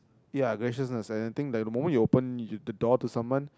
ya graciousness and the thing the moment you open the door to someone